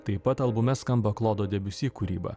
taip pat albume skamba klodo debiusi kūryba